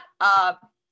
up